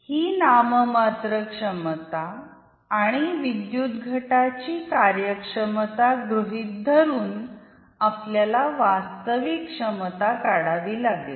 ही नाममात्र क्षमता आणि विद्युत घटाची कार्यक्षमता गृहीत धरून आपल्याला वास्तविक क्षमता काढावी लागेल